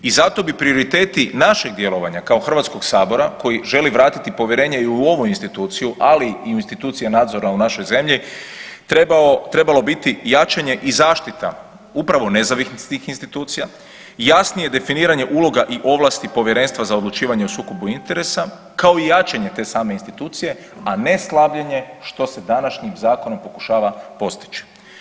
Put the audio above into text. I zato bi prioriteti našeg djelovanja kao Hrvatskog sabora koji želi vratiti povjerenje i u ovu instituciju, a i u interesu institucija u našoj zemlji trebalo biti jačanje i zaštita upravo nezavisnih institucija, jasnije definiranje uloga i ovlasti Povjerenstva za odlučivanje o sukobu interesa kao i jačanje te same institucije, a ne slabljenje što se današnjim zakonom pokušava postići.